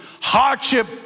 Hardship